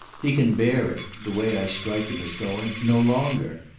he can bear it the way i strike him as going no longer.